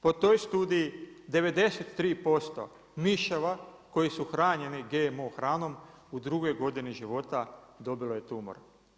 Po toj studiji 93% miševa koji su hranjeni GMO hranom u drugoj godini života dobilo je tumor.